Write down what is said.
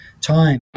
time